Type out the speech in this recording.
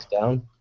down